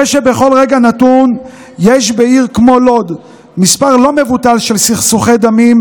זה שבכל רגע נתון יש בעיר כמו לוד מספר לא מבוטל של סכסוכי דמים,